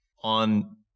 on